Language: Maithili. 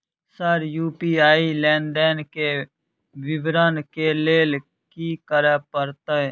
सर यु.पी.आई लेनदेन केँ विवरण केँ लेल की करऽ परतै?